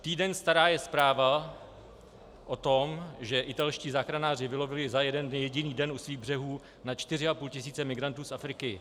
Týden stará je zpráva o tom, že italští záchranáři vylovili za jeden jediný den u svých břehů na čtyři a půl tisíce migrantů z Afriky.